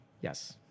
Yes